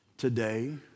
Today